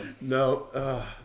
No